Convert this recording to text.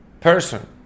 person